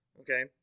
okay